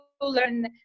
learn